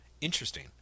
Interesting